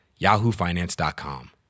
YahooFinance.com